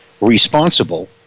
responsible